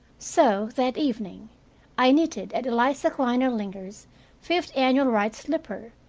so that evening i knitted at eliza klinordlinger's fifth annual right slipper,